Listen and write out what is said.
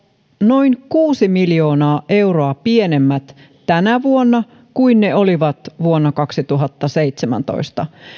noin kuusi miljoonaa euroa pienemmät tänä vuonna kuin ne olivat vuonna kaksituhattaseitsemäntoista